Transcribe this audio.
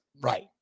Right